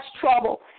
trouble